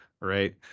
right